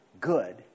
good